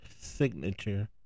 signature